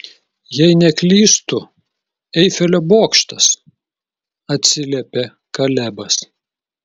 jei neklystu eifelio bokštas atsiliepė kalebas